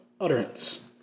utterance